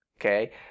okay